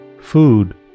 food